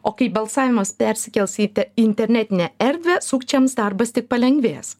o kai balsavimas persikels į internetinę erdvę sukčiams darbas tik palengvės